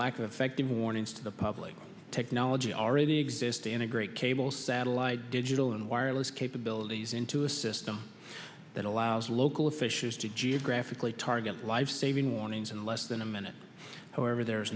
lack of effective warnings to the public technology already exists and a great cable satellite digital and wireless capabilities into a system that allows local officials to geographically target lifesaving warnings in less than a minute however there